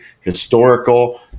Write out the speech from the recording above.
historical